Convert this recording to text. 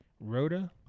Rhoda